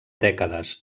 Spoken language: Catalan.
dècades